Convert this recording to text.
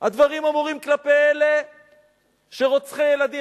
הדברים אמורים כלפי אלה שרוצחים ילדים.